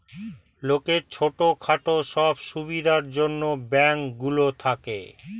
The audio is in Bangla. লোকের ছোট খাটো সব সুবিধার জন্যে ব্যাঙ্ক গুলো থাকে